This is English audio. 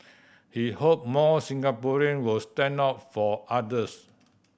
he hope more Singaporean will stand up for others